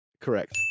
Correct